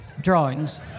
drawings